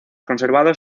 conservados